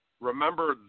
remember